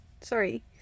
Sorry